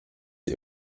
die